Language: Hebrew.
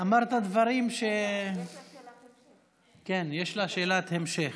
אמרת דברים, כן, יש לה שאלת המשך.